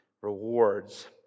rewards